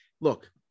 look